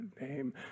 name